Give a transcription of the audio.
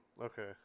Okay